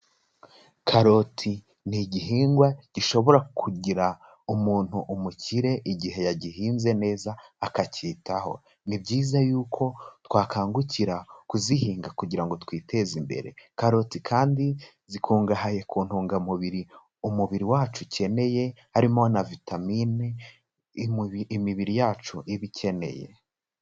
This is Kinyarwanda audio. Karoti ni igihingwa gishobora kugira umuntu umukire igihe yagihinze neza akacyitaho, ni byiza yuko twakangukira kuzihinga kugira ngo twiteze imbere, karoti kandi zikungahaye ku ntungamubiri umubiri wacu ukeneye, harimo na vitamine imibiri yacu iba ikeneye.